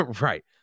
right